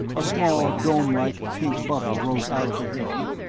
a small domelike pink bubble rose out of the hill.